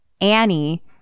Annie